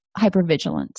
hypervigilance